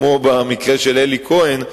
כמו במקרה של אלי כהן,